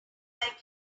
like